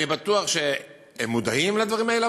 אני בטוח שהם מודעים לדברים האלה,